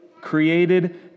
created